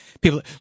people